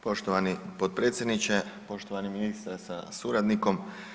Poštovani potpredsjedniče, poštovani ministre sa suradnikom.